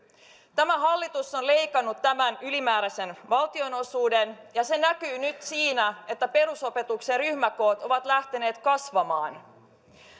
tämä hallitus on leikannut tämän ylimääräisen valtionosuuden ja se näkyy nyt siinä että perusopetuksen ryhmäkoot ovat lähteneet kasvamaan